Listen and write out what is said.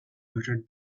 better